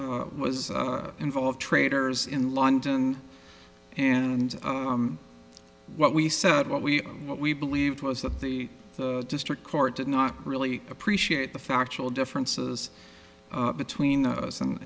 that was involved traitors in london and what we said what we what we believed was that the district court did not really appreciate the factual differences between us and